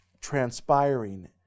transpiring